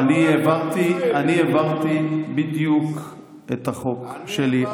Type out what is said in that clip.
אני העברתי בדיוק את החוק שלי.